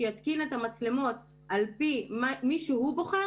שיתקין את המצלמות על-פי מי שהוא בוחר